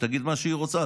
שתגיד מה שהיא רוצה,